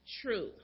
true